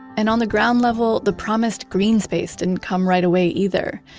and on the ground level, the promised green space didn't come right away either.